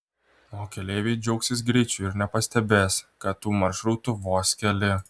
o keleiviai džiaugsis greičiu ir nepastebės kad tų maršrutų vos keli